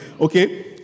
Okay